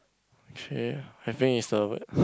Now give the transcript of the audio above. !chey! I think is the word